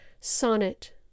Sonnet